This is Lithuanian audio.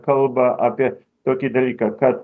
kalba apie tokį dalyką kad